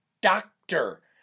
doctor